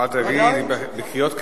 בוודאי, בוודאי,